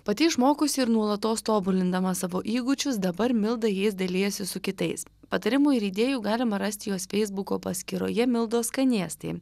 pati išmokusi ir nuolatos ir tobulindama savo įgūdžius dabar milda jais dalijasi su kitais patarimų ir idėjų galima rasti jos feisbuko paskyroje mildos skanėstai